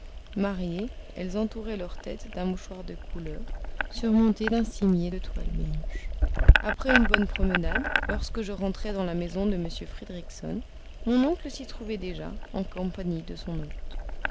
mariées elles entouraient leur tête d'un mouchoir de couleur surmonté d'un cimier de toile blanche après une bonne promenade lorsque je rentrai dans la maison de m fridriksson mon oncle s'y trouvait déjà en compagnie de son hôte